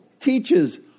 teaches